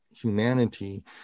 humanity